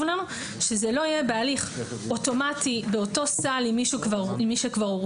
לנו שזה לא יהיה בהליך אוטומטי באותו סל עם מי שכבר הורשע,